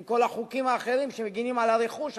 אם כל החוקים האחרים שמגינים על הרכוש,